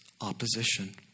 opposition